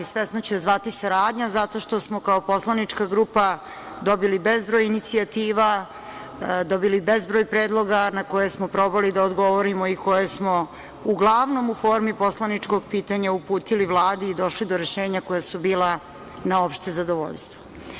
Svesno ću je zvati saradnja zato što smo kao poslanička grupa dobili bezbroj inicijativa, dobili bezbroj predloga na koje smo probali da odgovorimo i koje smo uglavnom u formi poslaničkog pitanja uputili Vladi i došli do rešenja koja su bila na opšte zadovoljstvo.